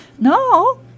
No